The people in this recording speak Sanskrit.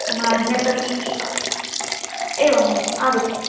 नामान्यतपि एवम् एवम् आगच्छतु